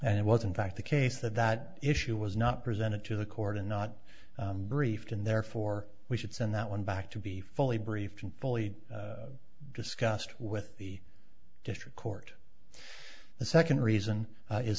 it was in fact the case that that issue was not presented to the court and not briefed and therefore we should send that one back to be fully briefed and fully discussed with the district court the second reason